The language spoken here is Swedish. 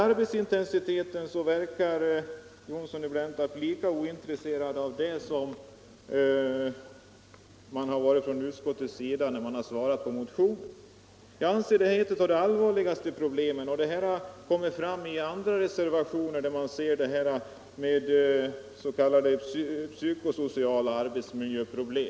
Arbetsintensiteten verkar herr Johnsson i Blentarp lika ointresserad av som utskottet har varit när det har behandlat motionen. Jag anser att detta är ett av de allvarligaste problemen. Frågan har berörts också i andra reservationer, där man talar om s.k. psykosociala arbetsmiljöproblem.